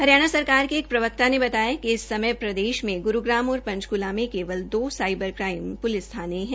हरियाणा सरकार के प्रवक्ता ने बतायाकि इस समय प्रदेश में गुरूग्राम और पंचकूला में केवल दो साईबर क्राईम पुलिस थाने है